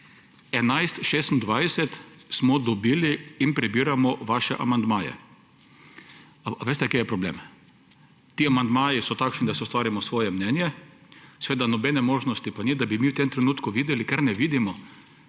11.26 smo dobili in prebiramo vaše amandmaje. Ali veste, kje je problem? Ti amandmaji so takšni, da si ustvarimo svoje mnenje. Seveda nobene možnosti pa ni, da bi v tem trenutku videli, ker ne vidimo